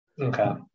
Okay